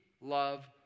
love